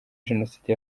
jenoside